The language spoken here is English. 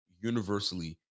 universally